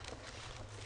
ננעלה בשעה 10:08.